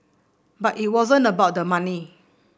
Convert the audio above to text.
but it wasn't about the money